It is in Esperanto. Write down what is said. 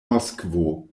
moskvo